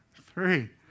Three